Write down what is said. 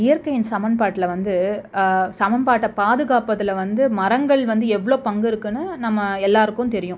இயற்கையின் சமன்பாட்டில் வந்து சமன்பாட்டை பாதுகாப்பதில் வந்து மரங்கள் வந்து எவ்வளோ பங்கு இருக்குதுன்னு நம்ம எல்லோருக்கும் தெரியும்